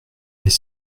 les